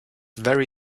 very